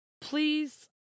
Please